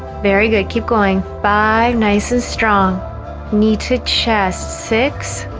very good keep going by nice and strong knee to chest six